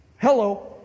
Hello